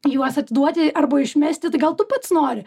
juos atiduoti arba išmesti tai gal tu pats nori